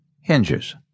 hinges